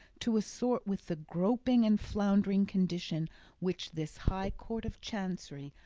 to assort with the groping and floundering condition which this high court of chancery,